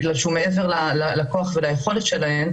בגלל שהוא מעבר לכוח וליכולת שלהן,